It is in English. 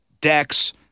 decks